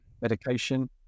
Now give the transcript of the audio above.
medication